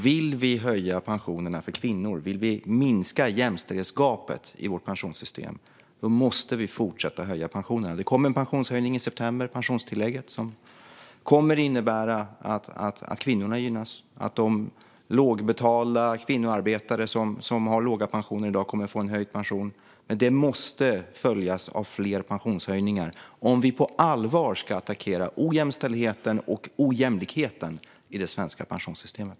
Vill vi höja pensionerna för kvinnor och minska jämställdhetsgapet i vårt pensionssystem måste vi fortsätta höja pensionerna. Det kommer en pensionshöjning i september, pensionstillägget, som kommer att innebära att kvinnorna gynnas och att de lågbetalda kvinnoarbetare som har låga pensioner i dag kommer att få höjda pensioner. Men detta måste följas av fler pensionshöjningar om vi på allvar ska kunna attackera ojämställdheten och ojämlikheten i det svenska pensionssystemet.